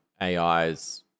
AI's